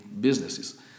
businesses